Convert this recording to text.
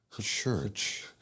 church